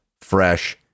fresh